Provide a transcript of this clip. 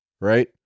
Right